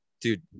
dude